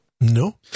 No